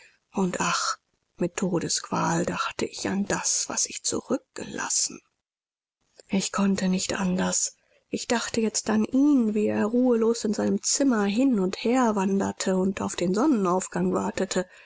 und ach mit todesqual dachte ich an das was ich zurückgelassen ich konnte nicht anders ich dachte jetzt an ihn wie er ruhelos in seinem zimmer hin und herwanderte und auf den sonnenaufgang wartete